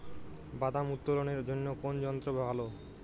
বাদাম উত্তোলনের জন্য কোন যন্ত্র ভালো?